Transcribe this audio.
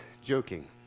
joking